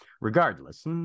regardless